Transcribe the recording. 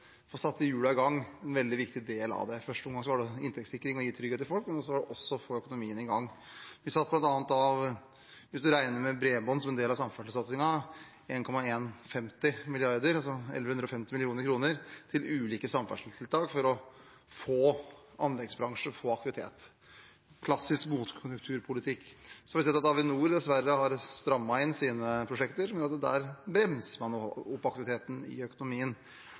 å gi trygghet til folk, men så var det også å få økonomien i gang. Vi satte bl.a. av, hvis man regner med bredbånd som en del av samferdselssatsingen, 1 150 mill. kr til ulike samferdselstiltak til anleggsbransjen for å få aktivitet – klassisk motkonjunkturpolitikk. Så har vi sett at Avinor dessverre har strammet inn sine prosjekter, der bremser man opp aktiviteten i økonomien.